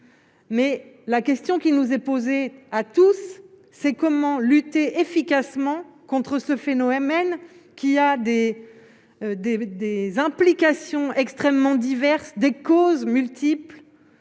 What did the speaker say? mais la question qui nous est posée à tous, c'est comment lutter efficacement contre ce phénomène qu'il y a des des des implications extrêmement diverses, des causes multiples